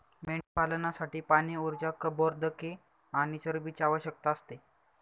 मेंढीपालनासाठी पाणी, ऊर्जा, कर्बोदके आणि चरबीची आवश्यकता असते